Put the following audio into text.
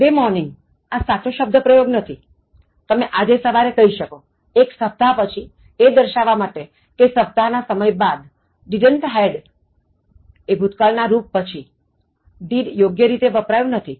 Today morning આ સાચો શબ્દ પ્રયોગ નથીતમે આજે સવારે કહી શકોએક સપ્તાહ પછી એ દર્શાવવા માટે કે સપ્તાહ્ના સમય બાદ didn't had ભૂતકાળ ના રુપ પછી did યોગ્ય રીતે વપરાયું નથી